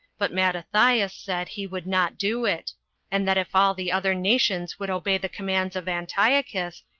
but mattathias said he would not do it and that if all the other nations would obey the commands of antiochus,